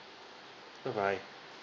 bye bye